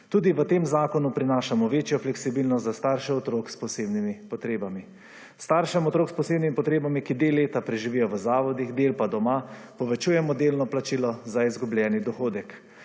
Tudi v tem zakonu prinašamo večjo fleksibilnost za starše otrok s posebnimi potrebami. Staršem otrok s posebnimi potrebami, ki del leta preživijo v zavodih del pa doma povečujemo delno plačilo za izgubljeni dohodek.